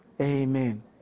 Amen